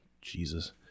Jesus